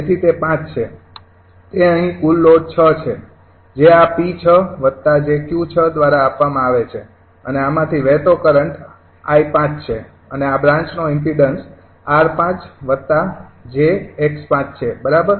તેથી તે ૫ છે તે અહીં કુલ લોડ ૬ છે જે આ 𝑃૬𝑗𝑄 ૬ દ્વારા આપવામાં આવે છે અને આમાંથી વહેતો કરંટ 𝐼૫ છે અને આ બ્રાન્ચનો ઇમ્પીડન્સ 𝑟૫𝑗𝑥 ૫ છે બરાબર